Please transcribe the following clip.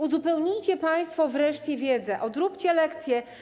Uzupełnijcie państwo wreszcie wiedzę, odróbcie lekcje.